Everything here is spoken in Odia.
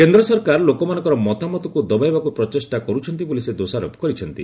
କେନ୍ଦ୍ର ସରକାର ଲୋକମାନଙ୍କର ମତାମତକୁ ଦବାଇବାକୁ ପ୍ରଚେଷ୍ଟା କରୁଛନ୍ତି ବୋଲି ସେ ଦୋଷାରୋପ କରିଛନ୍ତି